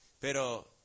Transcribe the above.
Pero